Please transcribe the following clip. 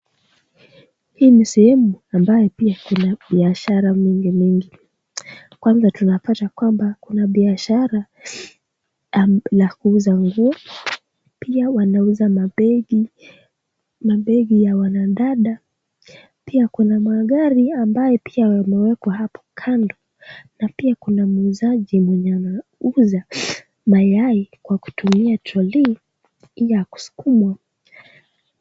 Hii ni sehemu ambayo pia kuna biashara mengi mengi . Kwanza tunapata kwamba kuna biashara la kuuza nguo pia wanauza mapegi ya wanadada pia kuna magari ambayo pia wameweka hapo kando na pia kuna muuzaji mwenye anauza mayai kwa kutumia troli hiyo ya kusukumwa.